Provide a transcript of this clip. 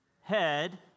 Head